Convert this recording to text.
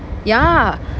ya